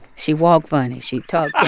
she walk funny. she talk